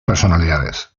personalidades